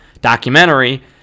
documentary